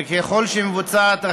וככל שמבוצעת אכיפה,